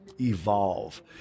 evolve